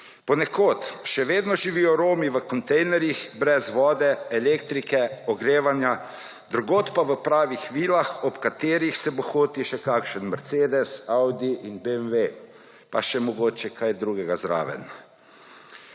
Ponekod še vedno živijo Romi v kontejnerjih brez vode, elektrike, ogrevanja, drugod pa v pravih vilah ob katerih se bohoti še kakšen mercedez, audi in BMW, pa še mogoče kaj drugega zraven.